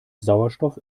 sauerstoff